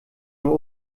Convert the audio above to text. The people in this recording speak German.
nur